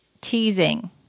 teasing